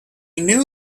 knew